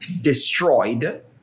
destroyed